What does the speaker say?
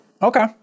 Okay